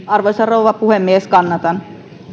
arvoisa rouva puhemies kannatan